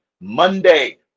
Monday